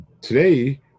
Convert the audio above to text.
today